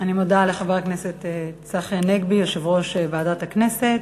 לחבר הכנסת צחי הנגבי, יושב-ראש ועדת הכנסת.